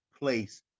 place